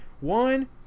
one